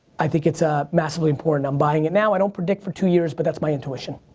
i think it's ah massively important. i'm buying it now. i don't predict for two years but that's my intuition.